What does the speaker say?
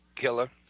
Killer